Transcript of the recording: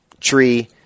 Tree